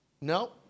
No